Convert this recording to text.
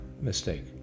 mistake